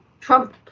Trump